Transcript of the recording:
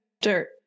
dirt